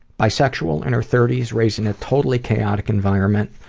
bisexual, in her thirty s, raised in a totally chaotic environment.